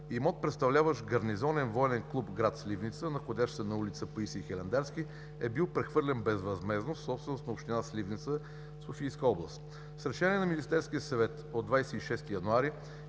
имот, представляващ гарнизонен военен клуб в град Сливница, находящ се на ул. „Паисий Хилендарски“ е бил прехвърлен безвъзмездно, собственост на община Сливница, Софийска област. С Решение на Министерския съвет от 26 януари